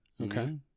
Okay